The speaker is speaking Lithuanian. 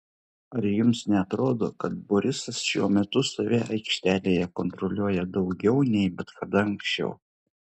ar jums neatrodo kad borisas šiuo metu save aikštelėje kontroliuoja daugiau nei bet kada anksčiau